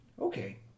Okay